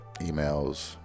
emails